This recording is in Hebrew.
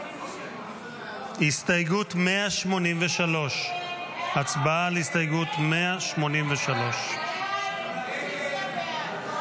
183. הסתייגות 183. הצבעה על הסתייגות 183. הסתייגות 183 לא